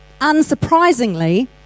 unsurprisingly